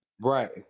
right